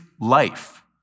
life